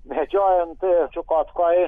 medžiojant čiukotkoj